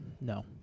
No